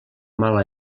mala